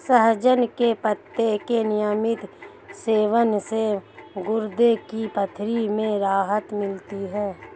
सहजन के पत्ते के नियमित सेवन से गुर्दे की पथरी में राहत मिलती है